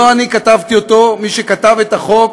לא אני כתבתי אותו, מי שכתב את החוק